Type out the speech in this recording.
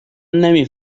نمی